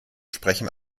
sprechen